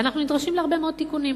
ואנחנו נדרשים להרבה מאוד תיקונים.